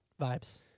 vibes